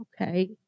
okay